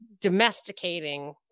domesticating